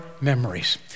memories